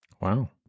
Wow